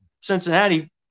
Cincinnati